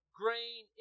grain